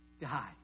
die